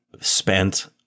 spent